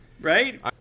right